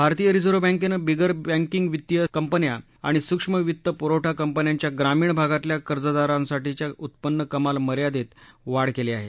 भारतीय रिझर्व्ह बँकेनं बिगर बँकेंग वित्तीय कंपन्या आणि सूक्ष्म वित्त पुरवठा कंपन्यांच्या ग्रामीण भागातल्या कर्जदारांसाठीच्या उत्पन्न कमाल मर्यादेत वाढ केली आहे